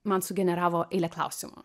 man sugeneravo eilę klausimų